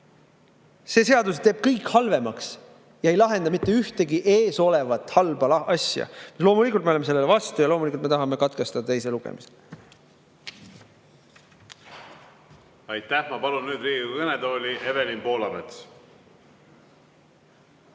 See seadus teeb kõik halvemaks ja ei lahenda mitte ühtegi eesolevat halba asja. Loomulikult oleme me sellele vastu ja tahame katkestada teise lugemise. Aitäh! Ma palun nüüd Riigikogu kõnetooli Evelin Poolametsa.